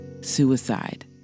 suicide